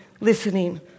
listening